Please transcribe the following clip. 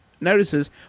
notices